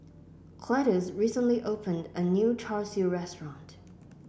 Cletus recently opened a new Char Siu restaurant